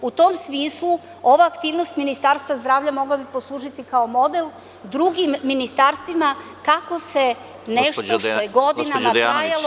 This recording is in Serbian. U tom smislu, ova aktivnost Ministarstva zdravlja mogla bi poslužiti kao model drugim ministarstvima, kako se nešto što je godinama trajalo…